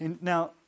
Now